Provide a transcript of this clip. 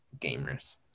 Gamers